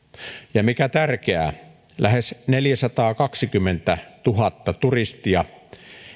ja mikä tärkeää lähes neljäsataakaksikymmentätuhatta turistia